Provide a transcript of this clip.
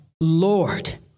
Lord